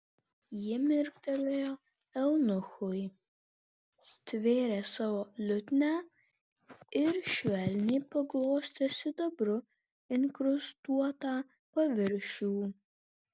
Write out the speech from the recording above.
ji mirktelėjo eunuchui stvėrė savo liutnią ir švelniai paglostė sidabru inkrustuotą paviršių